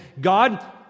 God